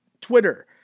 twitter